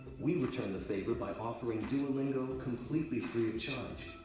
we return the favor by offering duolingo completely free of charge.